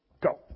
Go